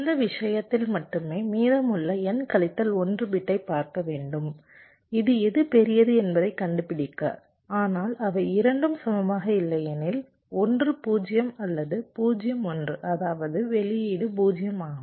அந்த விஷயத்தில் மட்டுமே மீதமுள்ள n கழித்தல் 1 பிட்டைப் பார்க்க வேண்டும் இது எது பெரியது என்பதைக் கண்டுபிடிக்க ஆனால் அவை இரண்டும் சமமாக இல்லை எனில் 1 0 அல்லது 0 1 அதாவது வெளியீடு 0 ஆகும்